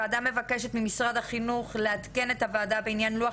"..הוועדה מבקשה ממשרד החינוך לעדכן את הוועדה בעניין לוח